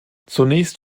zunächst